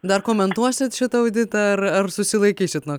dar komentuosit šitą auditą ar ar susilaikysit nuo